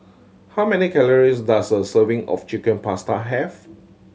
how many calories does a serving of Chicken Pasta have